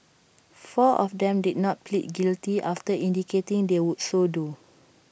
four of them did not plead guilty after indicating they would so do